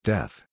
Death